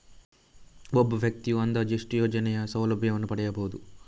ಒಬ್ಬ ವ್ಯಕ್ತಿಯು ಅಂದಾಜು ಎಷ್ಟು ಯೋಜನೆಯ ಸೌಲಭ್ಯವನ್ನು ಪಡೆಯಬಹುದು?